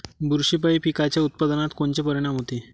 बुरशीपायी पिकाच्या उत्पादनात कोनचे परीनाम होते?